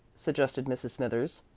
suggested mrs. smithers.